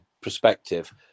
perspective